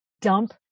dump